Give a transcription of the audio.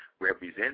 represent